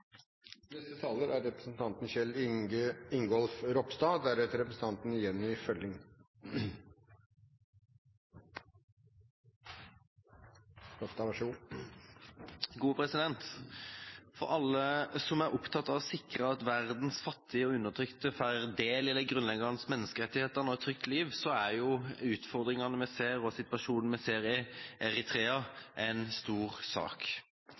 For alle som er opptatt av å sikre at verdens fattige og undertrykte får del i de grunnleggende menneskerettighetene og et trygt liv, er utfordringene og situasjonen vi ser i Eritrea en stor sak.